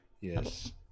Yes